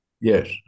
Yes